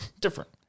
Different